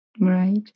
Right